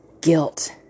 Guilt